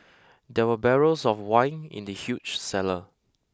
there were barrels of wine in the huge cellar